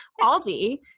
Aldi